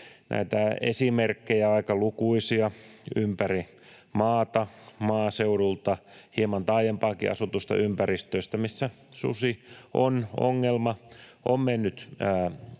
esimerkkejä on aika lukuisia ympäri maata, maaseudulta, hieman taajempaankin asutuista ympäristöistä, missä susi on ongelma. On mennyt